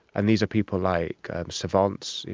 and these are people like savants,